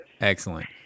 Excellent